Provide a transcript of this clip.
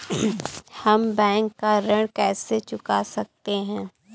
हम बैंक का ऋण कैसे चुका सकते हैं?